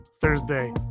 Thursday